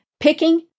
picking